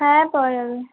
হ্যাঁ পাওয়া যাবে